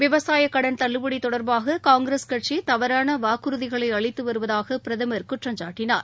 விவசாயக் கடன் தள்ளுபடி தொடர்பாக காங்கிரஸ் கட்சி தவறான வாக்குறுதிகளை அளித்து வருவதாக பிரதமர் குற்றம்சாட்டினார்